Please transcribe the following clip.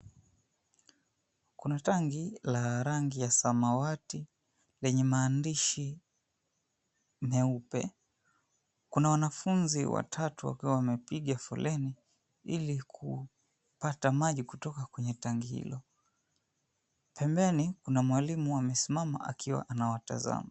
Kuna tanki la rangi ya samawati lenye maandishi nyeupe. Kuna wanafunzi watatu wakiwa wamepiga foleni ili kupata maji kutoka kwenye tanki hilo. Pembeni kuna mwalimu amesimama akiwa anawatazama.